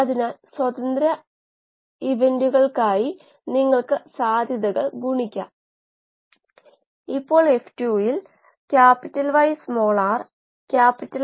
അതിനാൽ നിങ്ങൾക്ക് വലിയ തോതിൽ പരീക്ഷണങ്ങൾ നടത്താൻ കഴിയില്ല